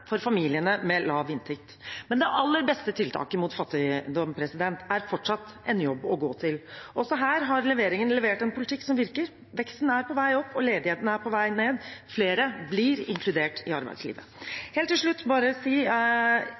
for familiene med lav inntekt. Men det aller beste tiltaket mot fattigdom er fortsatt en jobb å gå til. Også her har regjeringen levert en politikk som virker. Veksten er på vei opp, og ledigheten er på vei ned. Flere blir inkludert i arbeidslivet. Helt til slutt vil jeg bare si